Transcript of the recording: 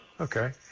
Okay